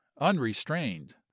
unrestrained